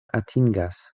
atingas